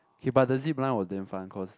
okay but the zip line was damn fun cause